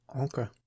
Okay